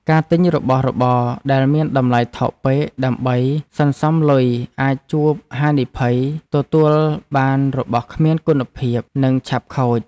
ការទិញរបស់របរដែលមានតម្លៃថោកពេកដើម្បីសន្សំលុយអាចជួបហានិភ័យទទួលបានរបស់គ្មានគុណភាពនិងឆាប់ខូច។